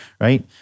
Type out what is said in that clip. right